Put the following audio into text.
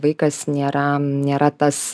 vaikas nėra nėra tas